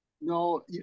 No